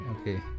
Okay